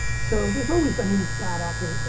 so there's always, i mean, bad acting.